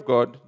God